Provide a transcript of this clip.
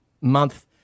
month